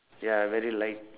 ya very light